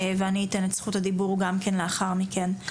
ואני אתן את זכות הדיבור לאחר מכן.